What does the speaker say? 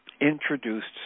introduced